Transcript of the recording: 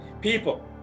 people